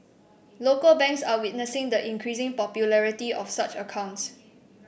local banks are witnessing the increasing popularity of such accounts